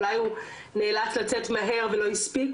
אולי הוא נאלץ לצאת מהר ולא הספיק.